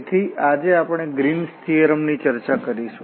તેથી આજે આપણે ગ્રીન્સ થીઓરમ ની ચર્ચા કરીશું